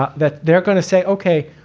ah that they're going to say, ok,